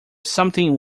something